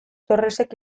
torresek